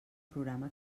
programa